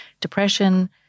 depression